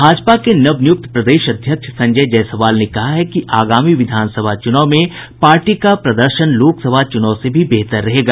भाजपा के नवनियुक्त प्रदेश अध्यक्ष संजय जायसवाल ने कहा है कि आगामी विधानसभा चुनाव में पार्टी का प्रदर्शन लोकसभा चुनाव से भी बेहतर रहेगा